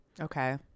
Okay